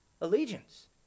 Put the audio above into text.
allegiance